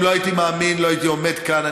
אם לא הייתי מאמין לא הייתי עומד כאן.